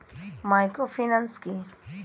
Microfinance কি?